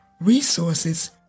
resources